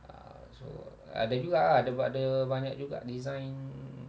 uh so ada juga ah ada ada banyak juga design